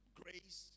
grace